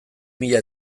mila